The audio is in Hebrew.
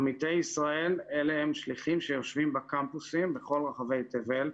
'עמיתי ישראל' אלה הם שליחים שיושבים בקמפוסים בכל רחבי תבל,